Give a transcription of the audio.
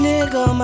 Nigga